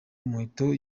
umuheto